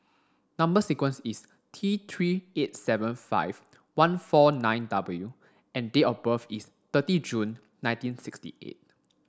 number sequence is T three eight seven five one four nine W and date of birth is thirty June nineteen sixty eight